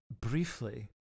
briefly